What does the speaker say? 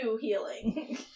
healing